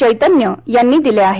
चैतन्य यांनी दिले आहेत